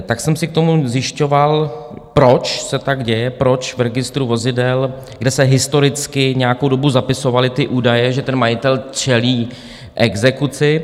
Tak jsem si k tomu zjišťoval, proč se tak děje, proč v registru vozidel, kde se historicky nějakou dobu zapisovaly ty údaje, že ten majitel čelí exekuci...